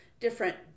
different